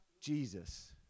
Jesus